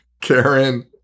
Karen